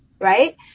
right